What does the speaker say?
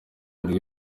buri